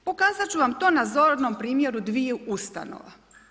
Pokazat ću vam to na zornom primjeru dviju ustanova.